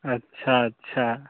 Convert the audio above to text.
अच्छा अच्छा